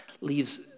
leaves